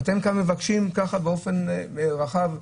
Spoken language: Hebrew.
ואתם כאן מבקשים ככה באופן רחב.